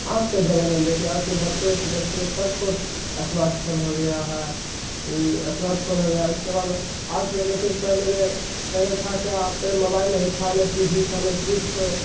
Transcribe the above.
आज के जमाना में देखिए आज जो बच्चे से बच्चे सबको एस्मार्ट फोन हो गया है अस्मार्टफोन हो गया है उसके बाद आजकल देखिए पहले में पहले था क्या अब पहले मोबाइल नहीं था न टी वी था न कुछ